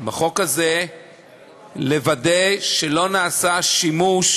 בחוק הזה לוודא שלא נעשה שימוש